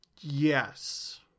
yes